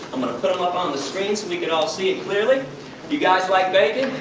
i'm going to put them up on the screen, so we can all see it clearly. do you guys like bacon?